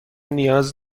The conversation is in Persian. نیاز